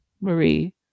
marie